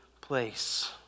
place